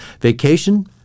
vacation